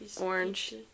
Orange